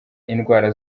indwara